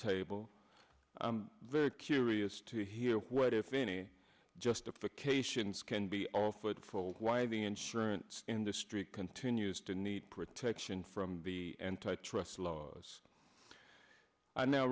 table i'm very curious to hear what if any justification scan be offered for why the insurance industry continues to need protection from the antitrust laws i now